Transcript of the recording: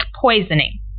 poisoning